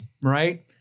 right